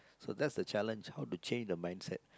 so that's the challenge how to change the mindset